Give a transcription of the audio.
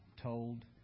told